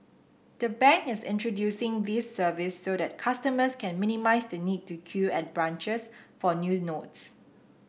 the bank is introducing this service so that customers can minimise the need to queue at branches for new notes